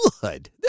Good